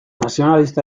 nazionalista